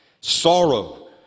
sorrow